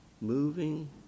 moving